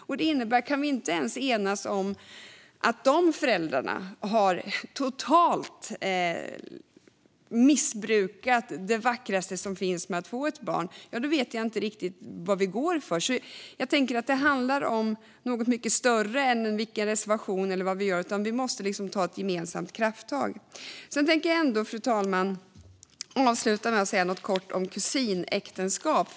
Om vi inte ens kan enas om att den föräldern totalt har missbrukat det vackraste som finns med att få ett barn vet jag inte vad vi står för. Det handlar om något mycket större än den ena eller andra reservationen. Vi måste ta ett gemensamt krafttag. Fru talman! Jag tänkte avsluta med att säga något om kusinäktenskap.